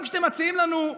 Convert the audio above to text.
גם כשאתם מציעים לנו,